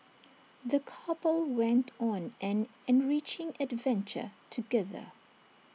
the couple went on an enriching adventure together